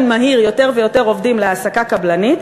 מהיר יותר ויותר עובדים להעסקה קבלנית,